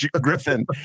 Griffin